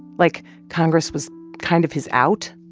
like, congress was kind of his out?